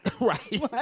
right